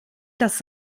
das